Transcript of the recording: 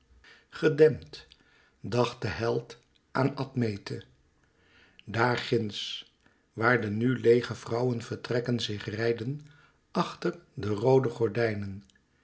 gedempt dacht de held aan admete daar ginds waar de nu leêge vrouwenvertrekken zich rijden achter de roode gordijnen